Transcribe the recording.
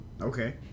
okay